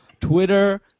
Twitter